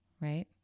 right